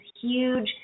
huge